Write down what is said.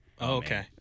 Okay